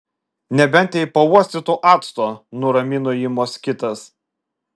nebent jei pauostytų acto nuramino jį moskitas